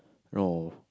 no